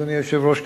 אדוני היושב-ראש,